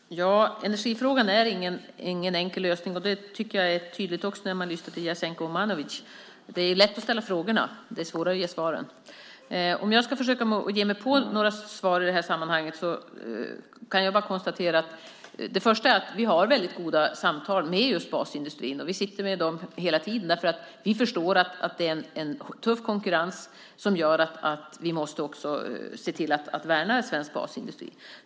Herr talman! Energifrågan har ingen enkel lösning. Det är också tydligt när man lyssnar till Jasenko Omanovic. Det är lätt att ställa frågorna, men det svårare att ge svar. Om jag ska ge mig på några svar i sammanhanget kan jag först konstatera att vi har väldigt goda samtal med just basindustrin. Vi sitter med dem hela tiden. Konkurrensen är tuff, och vi måste se till att värna svensk basindustri.